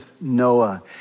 Noah